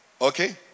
okay